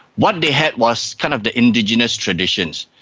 what they had was kind of the indigenous traditions.